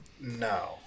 No